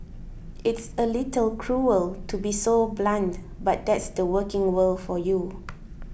it's a little cruel to be so blunt but that's the working world for you